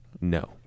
No